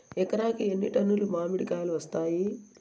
ఎకరాకి ఎన్ని టన్నులు మామిడి కాయలు కాస్తాయి?